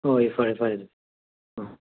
ꯍꯣꯏ ꯍꯣꯏ ꯍꯣꯏ